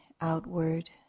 outward